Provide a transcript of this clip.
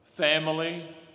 family